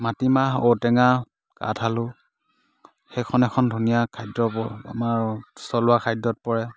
মাটি মাহ ঔটেঙা কাঠ আলু সেইখন এখন ধুনীয়া খাদ্য আমাৰ থলুৱা খাদ্যত পৰে